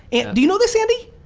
and do you know this andy?